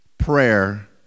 prayer